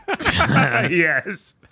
Yes